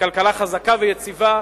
לכלכלה חזקה ויציבה.